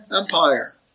Empire